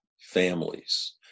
families